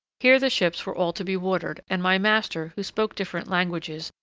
here the ships were all to be watered and my master, who spoke different languages,